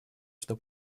что